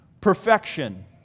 perfection